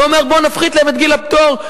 ואומר: בואו נפחית את גיל הפטור,